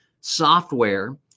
software